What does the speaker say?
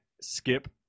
Skip